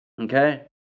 Okay